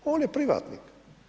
On je privatnik.